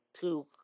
two